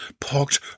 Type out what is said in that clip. parked